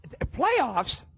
playoffs